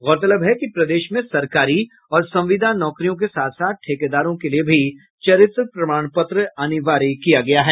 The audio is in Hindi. गौरतलब है कि प्रदेश में सरकारी और संविदा नौकरियों के साथ साथ ठेकेदारों के लिए भी चरित्र प्रमाण पत्र अनिवार्य किया गया है